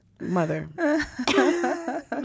mother